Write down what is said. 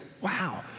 wow